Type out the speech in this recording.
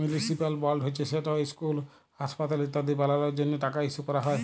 municipal board হছে যেট school, হাঁসপাতাল ইত্যাদি বালালর জ্যনহে টাকা ইস্যু ক্যরা হ্যয়